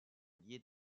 liés